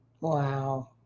Wow